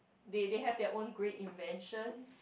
they they have their own great inventions